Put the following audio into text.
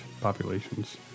populations